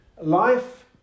life